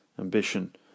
ambition